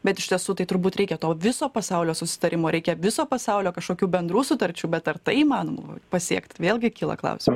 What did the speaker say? bet iš tiesų tai turbūt reikia to viso pasaulio susitarimo reikia viso pasaulio kažkokių bendrų sutarčių bet ar tai įmanoma pasiekt vėlgi kyla klausimų